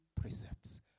precepts